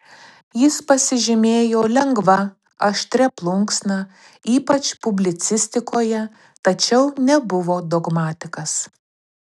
jis pasižymėjo lengva aštria plunksna ypač publicistikoje tačiau nebuvo dogmatikas